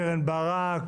קרן ברק,